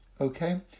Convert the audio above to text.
Okay